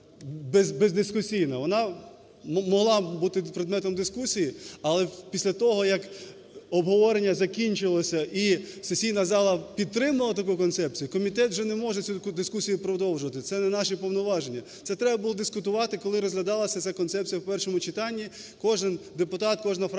Вона могла бути предметом дискусії, але після того, як обговорення закінчилося і сесійна зала підтримала таку концепцію, комітет вже не може цю дискусію продовжувати, це не наші повноваження. Це треба було дискутувати, коли розглядалася ця концепція в першому читанні, кожен депутат, кожна фракція